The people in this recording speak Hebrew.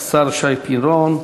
השר שי פירון,